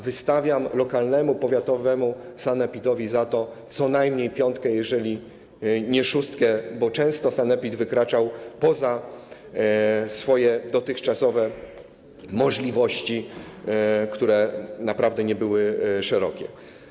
Wystawiam lokalnemu, powiatowemu sanepidowi za to co najmniej piątkę, jeżeli nie szóstkę, bo często sanepid wykraczał poza swoje dotychczasowe możliwości, które naprawdę nie były szerokie.